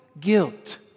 guilt